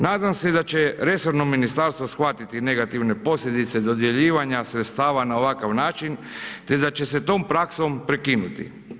Nadam se da će resorno ministarstvo shvatiti negativne posljedice dodjeljivanja sredstava na ovakav način te da će se s tom praksom prekinuti.